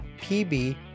PB